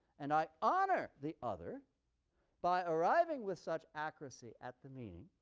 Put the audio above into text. and i honor the other by arriving with such accuracy at the meaning,